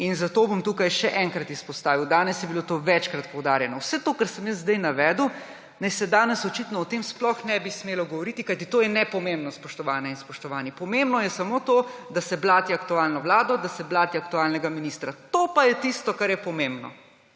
Zato bom tukaj še enkrat izpostavil, danes je bilo to večkrat poudarjeno – o vsem tem, kar sem jaz zdaj navedel, se danes očitno sploh ne bi smelo govoriti, kajti to je nepomembno, spoštovane in spoštovani. Pomembno je samo to, da se blati aktualno vlado, da se blati aktualnega ministra. To pa je tisto, kar je pomembno.